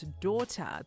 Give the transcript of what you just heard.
daughter